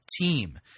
team